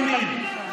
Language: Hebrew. אני מצביע איתו,